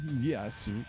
Yes